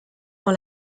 dans